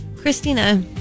Christina